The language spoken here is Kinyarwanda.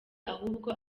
ahubwo